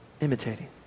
imitating